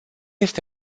este